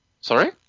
Sorry